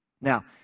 Now